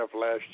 last